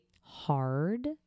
hard